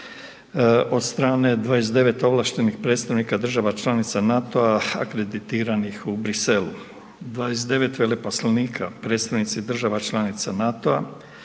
od strane 29 ovlaštenih predstavnika države članice NATO-a akreditiranih u Bruxellesu. 29 veleposlanika, predstavnica država članica NATO-a,